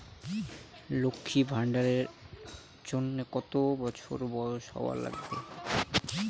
লক্ষী ভান্ডার এর জন্যে কতো বছর বয়স হওয়া লাগে?